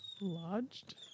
Lodged